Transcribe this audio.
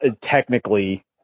technically